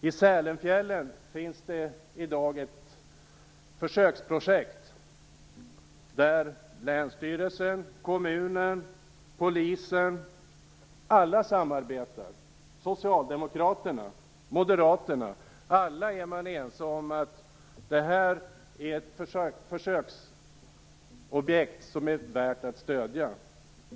I Sälenfjällen finns det i dag ett försöksprojekt där länsstyrelsen, kommunen och polisen samarbetar. Socialdemokrater och moderater är ense om att det är ett försöksprojekt som är värt att stödja.